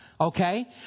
okay